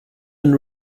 and